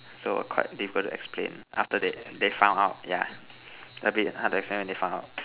so quite difficult to explain after they they found out yeah a bit hard to explain when they found out